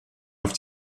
auf